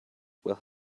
will